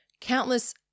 countless